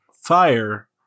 fire